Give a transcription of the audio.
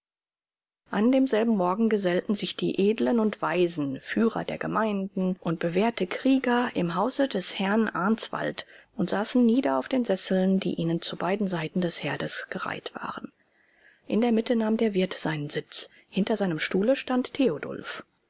an demselben morgen gesellten sich die edlen und weisen führer der gemeinden und bewährte krieger im hause des herrn answald und saßen nieder auf den sesseln die ihnen zu beiden seiten des herdes gereiht waren in der mitte nahm der wirt seinen sitz hinter seinem stuhle stand theodulf